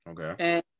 Okay